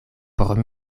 por